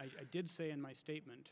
i did say in my statement